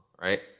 right